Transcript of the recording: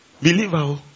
Believer